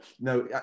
no